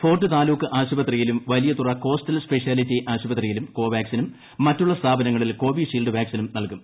fort താലൂക്ക് ആശുപത്രിയിലും വലിയതുറ കോസ്റ്റൽ സ്പെഷ്യാലിറ്റി ആശുപത്രിയിലും കോവാക്സിനും മറ്റുള്ള സ്ഥാപനങ്ങളിൽ കോവീഷീൽഡ് വാക്സിനും നൽകും